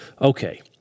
Okay